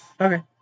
Okay